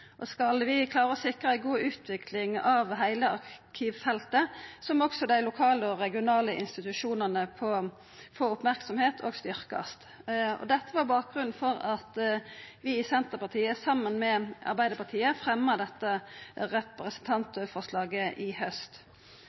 og private arkiv. Skal vi klara å sikra ei god utvikling av heile arkivfeltet, må også dei lokale og regionale institusjonane få merksemd og styrkast. Dette var bakgrunnen for at vi i Senterpartiet, saman med Arbeidarpartiet, fremja dette representantforslaget i